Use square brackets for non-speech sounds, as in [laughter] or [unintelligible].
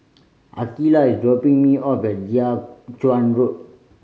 Akeelah is dropping me off at [unintelligible] Chuan Road